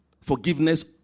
forgiveness